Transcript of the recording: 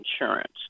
insurance